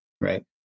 Right